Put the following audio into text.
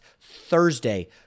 Thursday